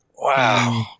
Wow